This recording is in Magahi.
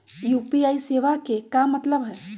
यू.पी.आई सेवा के का मतलब है?